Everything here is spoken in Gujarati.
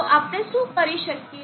તો આપણે શું કરીએ